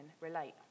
relate